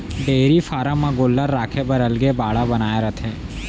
dairy farm म गोल्लर राखे बर अलगे बाड़ा बनाए रथें